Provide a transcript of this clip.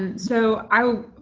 and so i